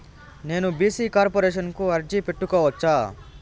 నేను BC corporation కు అర్జీ పెట్టుకోవచ్చా?